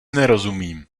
nerozumím